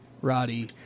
Roddy